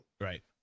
Right